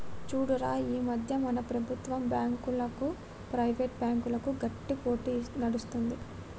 చూడురా ఈ మధ్య మన ప్రభుత్వం బాంకులకు, ప్రైవేట్ బ్యాంకులకు గట్టి పోటీ నడుస్తుంది